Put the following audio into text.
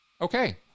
Okay